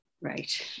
Right